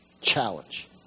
challenge